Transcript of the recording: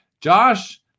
Josh